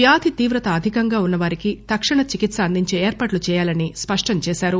వ్యాధి తీవ్రత అధికంగా ఉన్న వారికి తక్షణ చికిత్స అందించే ఏర్పాట్లు చేయాలని స్పష్టంచేశారు